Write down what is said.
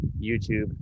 youtube